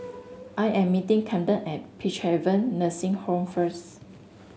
I am meeting Camden at Peacehaven Nursing Home first